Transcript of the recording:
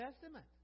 Testament